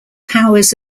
powers